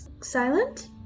silent